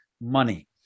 money